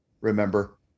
remember